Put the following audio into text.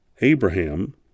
Abraham